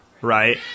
right